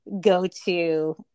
go-to